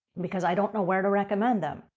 because i don't know where to recommend them.